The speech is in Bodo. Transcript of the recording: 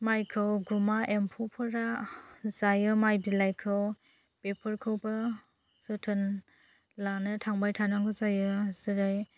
मायखौ गुमा एम्फौफोरा जायो माय बिलाइखौ बेफोरखौबो जोथोन लानो थांबाय थानांगौ जायो जेरै